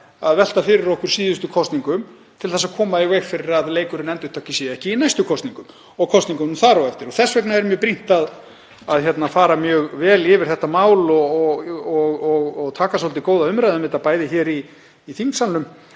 að velta fyrir okkur síðustu kosningum til að koma í veg fyrir að leikurinn endurtæki sig í næstu kosningum og kosningunum þar á eftir. Þess vegna er mjög brýnt að fara mjög vel yfir þetta mál og taka svolítið góða umræðu um þetta, bæði hér í þingsalnum